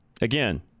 Again